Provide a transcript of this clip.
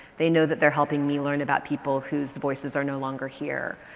they know that they're helping me learn about people whose voices are no longer here.